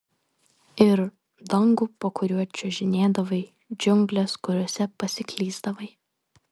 ir dangų po kuriuo čiuožinėdavai džiungles kuriose pasiklysdavai